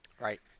Right